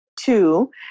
two